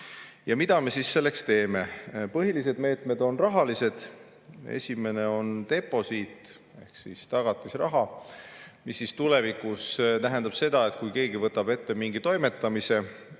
Ja mida me selleks teeme? Põhilised meetmed on rahalised. Esimene on deposiit ehk tagatisraha, mis tulevikus tähendab seda, et kui keegi võtab ette mingi toimetamise,